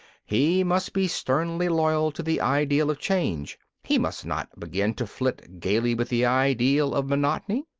he must be sternly loyal to the ideal of change he must not begin to flirt gaily with the ideal of monotony.